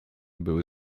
były